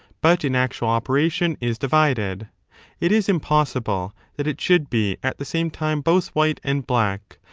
but in actual operation is divided it is impossible that it should be at the same time both white and black,